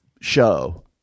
show